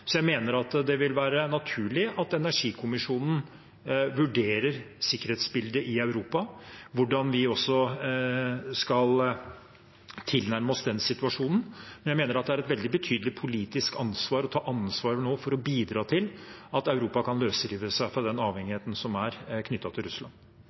Så jeg mener det vil være naturlig at energikommisjonen vurderer sikkerhetsbildet i Europa, hvordan vi også skal tilnærme oss den situasjonen. Jeg mener det er et veldig betydelig politisk ansvar å ta for å bidra til at Europa kan løsrive seg fra den avhengigheten som er knyttet til Russland.